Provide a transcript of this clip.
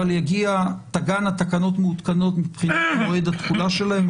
אבל תגענה תקנות מעודכנות מבחינת מועד התחולה שלהן.